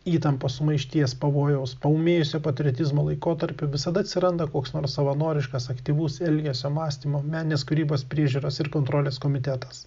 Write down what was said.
įtampos sumaišties pavojaus paūmėjusio patriotizmo laikotarpiu visada atsiranda koks nors savanoriškas aktyvus elgesio mąstymo meninės kūrybos priežiūros ir kontrolės komitetas